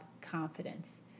confidence